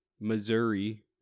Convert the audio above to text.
Missouri